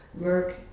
work